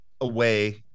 away